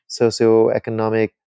socioeconomic